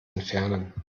entfernen